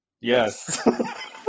yes